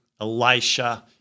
Elisha